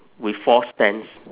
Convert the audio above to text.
with four stands